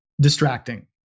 distracting